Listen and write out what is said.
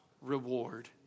reward